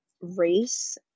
race